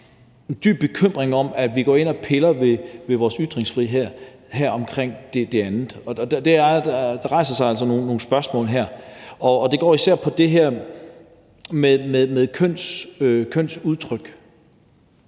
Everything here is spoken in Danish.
en dyb bekymring for, at vi går ind og piller ved vores ytringsfrihed her omkring det andet. Der rejser sig altså nogle spørgsmål her, og de går især på det her med kønsudtryk,